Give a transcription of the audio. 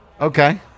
Okay